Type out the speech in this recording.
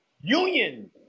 union